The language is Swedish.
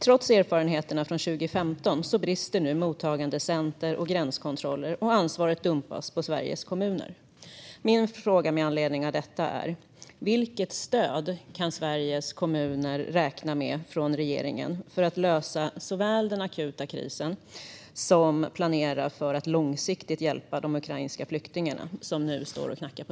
Trots erfarenheterna från 2015 brister nu mottagandecentrum och gränskontroller, och ansvaret dumpas på Sveriges kommuner. Min fråga med anledning av detta är: Vilket stöd kan Sveriges kommuner räkna med från regeringen för att lösa den akuta krisen och för att planera för att långsiktigt hjälpa de ukrainska flyktingar som nu står och knackar på?